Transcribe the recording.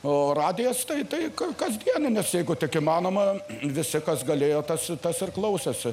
o radijas tai taip kasdieninis jeigu tik įmanoma visi kas galėjo tas tas ir klausėsi